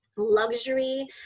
luxury